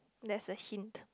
that's a hint